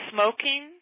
Smoking